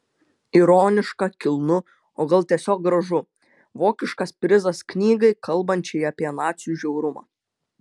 ironiška kilnu o gal tiesiog gražu vokiškas prizas knygai kalbančiai apie nacių žiaurumą